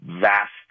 vast